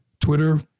Twitter